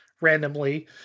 randomly